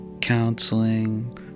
counseling